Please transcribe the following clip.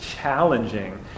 challenging